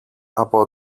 από